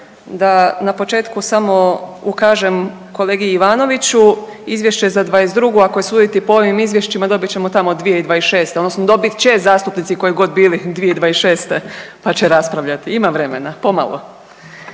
Da na početku samo ukažem kolegi Ivanoviću, izvješće za '22. ako je suditi po ovim izvješćima dobit ćemo 2026. odnosno dobit će zastupnici koji god bili 2026. pa će raspravljati. Ima vremena, pomalo.